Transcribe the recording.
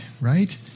right